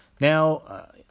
Now